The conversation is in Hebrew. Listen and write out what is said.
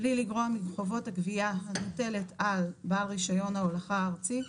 בלי לגרוע מחובת הגבייה המוטלת על בעל רישיון ההולכה הארצי,